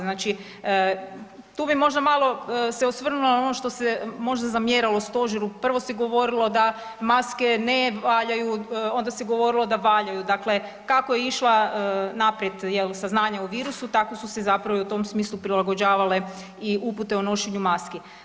Znači tu bi možda malo se osvrnula na ono što se možda zamjeralo stožeru, prvo se govorilo da maske ne valjalu, onda se govorilo da valjaju, dakle kako je išla naprijed jel saznanje o virusu tako su se zapravo i u tom smislu prilagođavale i upute o nošenju maski.